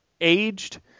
aged